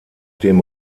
dem